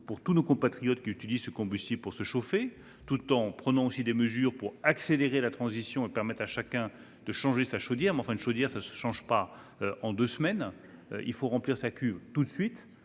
pour tous nos compatriotes qui utilisent ce combustible pour se chauffer, tout en prenant aussi des mesures pour accélérer la transition et permettre à chacun de changer sa chaudière. Mais, comme un appareil ne peut pas se changer en deux semaines, nous avons accepté cette